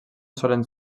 solen